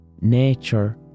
nature